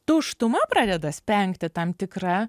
tuštuma pradeda spengti tam tikra